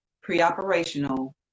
pre-operational